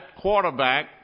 quarterback